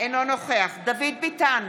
אינו נוכח דוד ביטן,